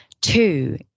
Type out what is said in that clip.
two